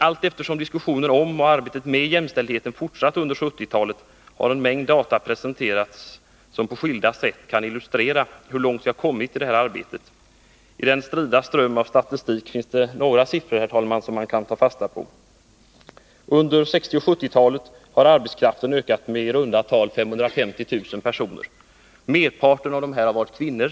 Allteftersom diskussionerna om och arbetet med jämställdheten fortsatt under 1970-talet har en mängd data presenterats som på skilda sätt kan illustrera hur långt vi har kommit i detta arbete. I den strida strömmen av statistik finns några siffror som man kan ta fasta på. Under 1960 och 1970-talen har antalet personer i arbetskraften ökat medi runt tal 550 000. Merparten av dessa har varit kvinnor.